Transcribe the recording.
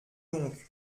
donc